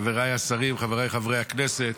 חבריי השרים, חבריי חברי הכנסת,